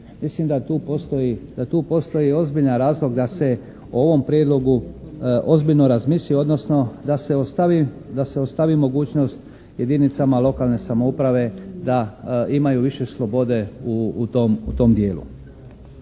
postoji, da tu postoji ozbiljan razlog da se o ovom prijedlogu ozbiljno razmisli odnosno da se ostavi, da se ostavi mogućnost jedinicama lokalne samouprave da imaju više slobode u tom dijelu.